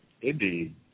Indeed